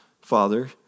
Father